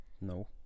no